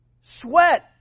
Sweat